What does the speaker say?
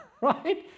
Right